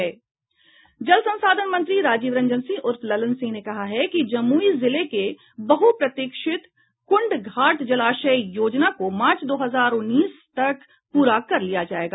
जल संसाधन मंत्री राजीव रंजन सिंह उर्फ ललन सिंह ने कहा है की जमुई जिले के बहप्रतीक्षित कृण्डघाट जलाशय योजना को मार्च दो हजार उन्नीस तक प्ररा कर लिया जाएगा